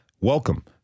welcome